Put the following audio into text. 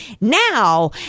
Now